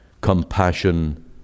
compassion